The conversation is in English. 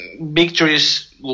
Victories